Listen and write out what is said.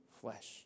flesh